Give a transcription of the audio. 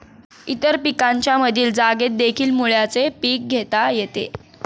इतर पिकांच्या मधील जागेतदेखील मुळ्याचे पीक घेता येते